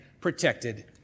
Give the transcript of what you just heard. protected